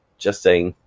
just saying.